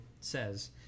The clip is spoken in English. says